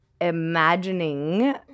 imagining